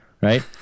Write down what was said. Right